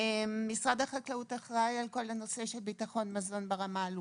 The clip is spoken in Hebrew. משרד החקלאות אחראי לכל הנושא של ביטחון מזון ברמה הלאומית,